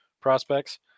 prospects